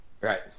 right